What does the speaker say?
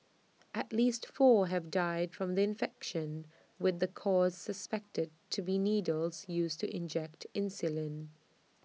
at least four have died from the infection with the cause suspected to be needles used to inject insulin